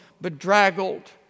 bedraggled